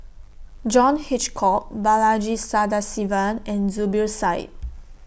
John Hitchcock Balaji Sadasivan and Zubir Said